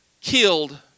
killed